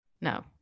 No